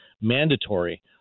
mandatory